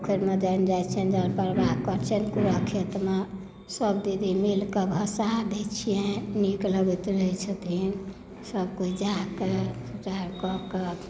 पोखरिमे ओकर बाद चलिके खेतमे सभ दीदी मिलके भसा दै छियनि नीक लगैत रहैत छथीन सभ कोइ जाके जा कऽ कऽ के